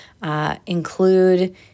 Include